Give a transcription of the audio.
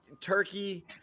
turkey